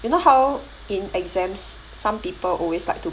you know how in exams some people always like to